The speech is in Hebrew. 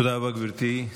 תודה רבה, גברתי.